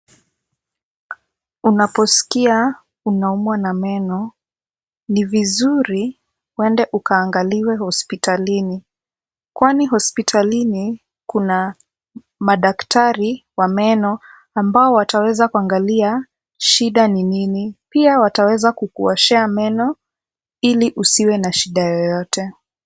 Unaposkia unaumwa na meno ni vizuri uende ukaangaliwe hospitalini kwani hospitalini kuna madaktari wa meno ambao wataweza kuangalia shida ni nini. Pia wataweza kukuoshea meno ili usiwe na shida yoyote.